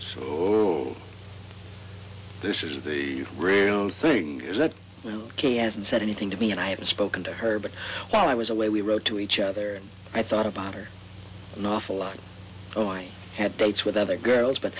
so this is the rear thing is that you can said anything to me and i haven't spoken to her but while i was away we wrote to each other i thought about her an awful lot oh i had dates with other girls but